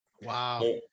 wow